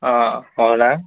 అవునా